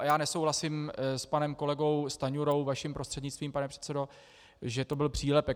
Já nesouhlasím s panem kolegou Stanjurou, vaším prostřednictvím, pane předsedo, že to byl přílepek.